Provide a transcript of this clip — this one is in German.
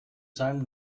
seinem